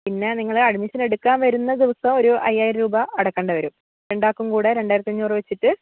പിന്നെ നിങ്ങൾ അഡ്മിഷൻ എടുക്കാൻ വരുന്ന ദിവസം ഒരു അയ്യായിരം രൂപ അടയ്ക്കേണ്ടി വരും രണ്ടാൾക്കും കൂടെ രണ്ടായിരത്തി അഞ്ഞൂറ് വെച്ചിട്ട്